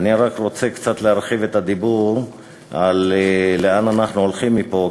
אני רק רוצה קצת להרחיב את הדיבור על לאן אנחנו הולכים מפה,